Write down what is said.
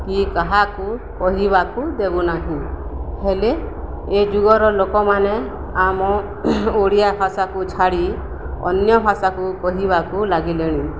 କି କାହାକୁ କହିବାକୁ ଦେବୁନାହିଁ ହେଲେ ଏ ଯୁଗର ଲୋକମାନେ ଆମ ଓଡ଼ିଆ ଭାଷାକୁ ଛାଡ଼ି ଅନ୍ୟ ଭାଷାକୁ କହିବାକୁ ଲାଗିଲେଣି